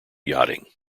yachting